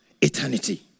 eternity